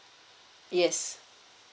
yes